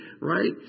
right